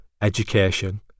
education